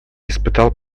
испытывал